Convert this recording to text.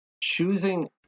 choosing